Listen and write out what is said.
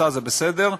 זה בסדר,